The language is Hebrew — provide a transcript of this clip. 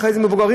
מבוגרים,